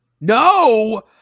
No